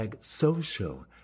social